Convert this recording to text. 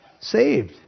saved